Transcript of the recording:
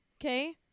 Okay